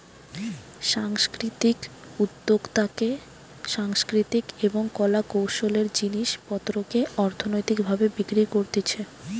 সাংস্কৃতিক উদ্যোক্তাতে সাংস্কৃতিক এবং কলা কৌশলের জিনিস পত্রকে অর্থনৈতিক ভাবে বিক্রি করতিছে